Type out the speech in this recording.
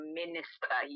minister